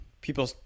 people